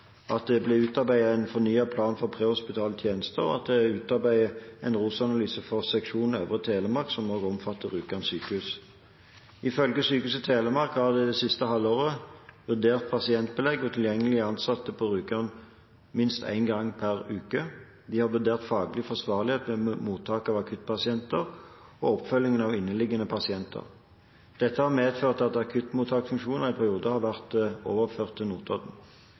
at det ble utarbeidet en fornyet plan for prehospitale tjenester, og at det ble utarbeidet en ROS-analyse for Seksjon øvre Telemark, som også omfatter Rjukan sykehus. Ifølge Sykehuset Telemark har en det siste halve året vurdert pasientbelegg og tilgjengelige ansatte på Rjukan minst én gang per uke. De har vurdert faglig forsvarlighet med mottak av akuttpasienter og oppfølgingen av inneliggende pasienter. Dette har medført at akuttmottaksfunksjonen i en periode har vært overført til Notodden.